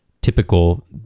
typical